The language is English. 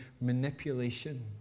manipulation